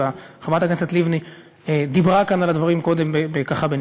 וחברת הכנסת לבני דיברה כאן על הדברים קודם בנקודות,